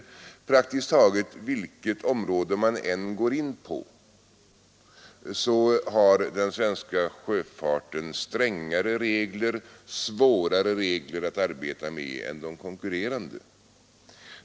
På praktiskt taget alla områden har den svenska sjöfarten strängare regler, svårare regler att arbeta med än de konkurrerande.